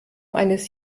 eines